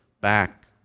back